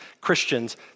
Christians